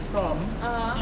(uh huh)